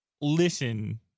listen